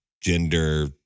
gender